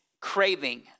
craving